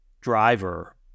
driver